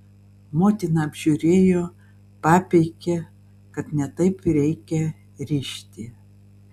motina apžiūrėjo papeikė kad ne taip reikia rišti